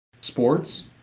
sports